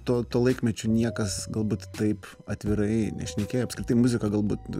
tuo tuo laikmečiu niekas galbūt taip atvirai šnekėjo apskritai muzika galbūt